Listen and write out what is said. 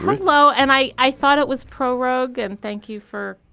hello and i i thought it was prorogue and thank you for